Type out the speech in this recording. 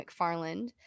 McFarland